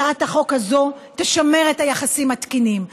הצעת החוק הזו תשמר את היחסים התקינים.